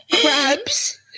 Crabs